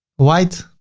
white.